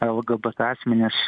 lgbt asmenis